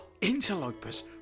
Interlopers